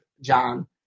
John